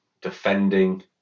defending